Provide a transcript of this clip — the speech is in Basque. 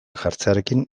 jartzearekin